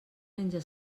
menja